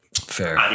fair